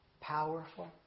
powerful